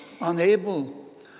unable